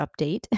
update